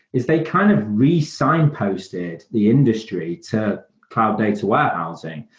is they kind of resigned posted the industry to cloud data warehousing.